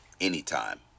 anytime